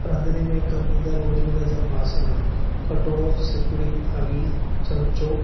रंधिणे में कमु ईंदड़ु रोज़ मर्रा जा बासण कटोरो सिपिरी थाली चमिचो